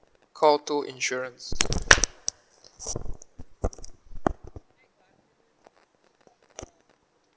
call two insurance